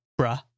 bruh